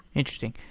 interesting.